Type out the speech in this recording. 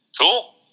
cool